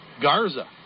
Garza